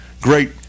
great